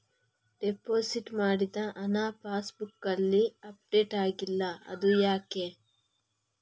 Deposit ಮಾಡಿದ ಹಣ pass ಬುಕ್ನಲ್ಲಿ ಅಪ್ಡೇಟ್ ಆಗಿಲ್ಲ ಅದು ಯಾಕೆ?